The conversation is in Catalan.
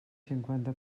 cinquanta